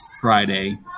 Friday